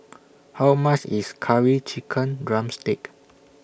How much IS Curry Chicken Drumstick